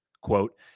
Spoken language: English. Quote